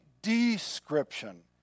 description